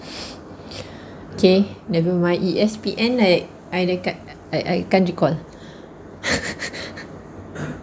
K never mind E_S_P_N like I dekat I I can't recall